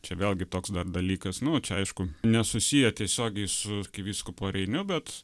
čia vėlgi toks dar dalykas nu čia aišku nesusiję tiesiogiai su arkivyskupu reiniu bet